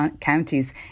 counties